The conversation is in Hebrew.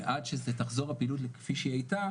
ועד שתחזור הפעילות לכפי שהיא הייתה,